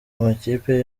amakipe